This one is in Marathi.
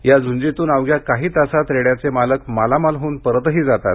या झुंजीतून अवघ्या काही तासात रेड्याचे मालक मालामाल होऊन परतही जातात